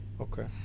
Okay